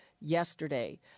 yesterday